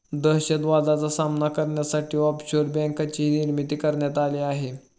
दहशतवादाचा सामना करण्यासाठी ऑफशोअर बँकेचीही निर्मिती करण्यात आली आहे